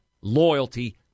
loyalty